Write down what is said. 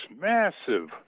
massive